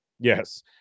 Yes